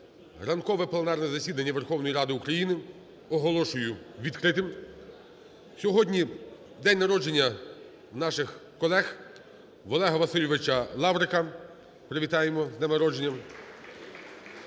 Ранкове пленарне засідання Верховної Ради України оголошую відкритим. Сьогодні день народження наших колеги, в Олега Васильовича Лаврика, привітаємо з днем народження